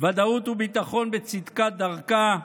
ודאות וביטחון בצדקת דרכה,